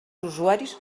usuaris